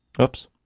Oops